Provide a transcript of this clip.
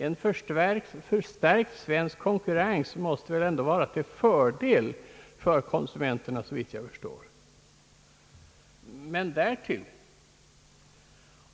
En förstärkt konkurrens måste väl ändå vara till fördel för konsumenterna, såvitt jag förstår.